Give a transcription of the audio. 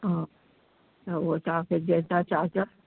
हा उहा तव्हांखे जेतिरा चार्ज